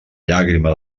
llàgrima